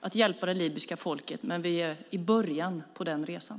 för att hjälpa det libyska folket; vi är i början på den resan.